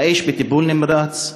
האיש בטיפול נמרץ.